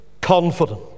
confident